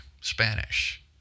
Spanish